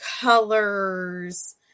colors